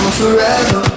forever